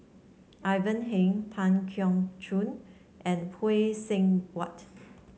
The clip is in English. Ivan Heng Tan Keong Choon and Phay Seng Whatt